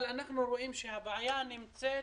אנחנו רואים שהבעיה נמצאת